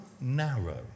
narrow